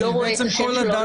הוא לא רואה את השם שלו.